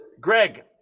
Greg